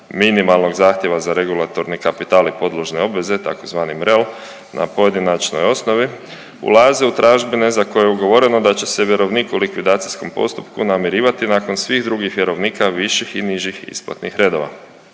minimalnog zahtjeva za regulatorni kapital i podložne obveze tzv. MREL na pojedinačnoj osnovi ulaze u tražbine za koje je ugovoreno da će se vjerovnik u likvidacijskom postupku namirivati nakon svih drugih vjerovnika viših i nižih isplatnih redova.